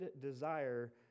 desire